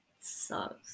Sucks